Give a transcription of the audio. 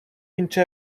into